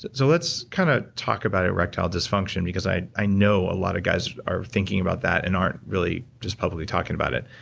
so let's kind of talk about erectile dysfunction because i i know a lot of guys are thinking about that and aren't really just probably talking about it.